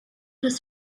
was